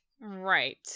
Right